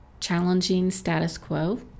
challengingstatusquo